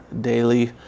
daily